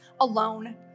alone